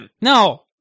No